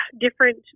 Different